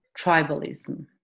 tribalism